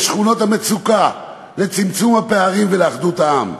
לשכונות המצוקה, לצמצום הפערים ולאחדות העם.